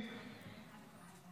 שמענו.